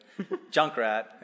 Junkrat